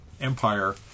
Empire